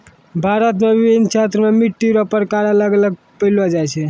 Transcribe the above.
भारत मे विभिन्न क्षेत्र मे मट्टी रो प्रकार अलग अलग पैलो जाय छै